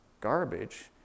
garbage